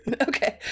Okay